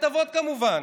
בבית אבות, כמובן.